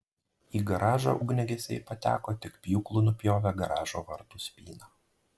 į garažą ugniagesiai pateko tik pjūklu nupjovę garažo vartų spyną